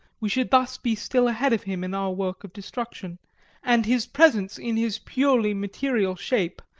we should thus be still ahead of him in our work of destruction and his presence in his purely material shape,